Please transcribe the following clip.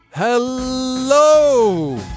Hello